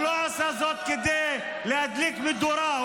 הוא לא עשה זאת כדי להדליק מדורה,